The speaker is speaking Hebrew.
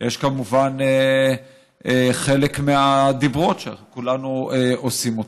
יש כמובן חלק מהדיברות שכולנו עושים אותם.